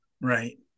Right